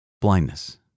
Blindness